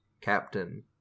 Captain